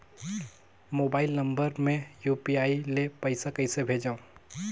Mobile number मे UPI ले पइसा कइसे भेजवं?